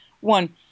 One